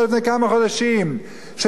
שבדור שבן דוד בא,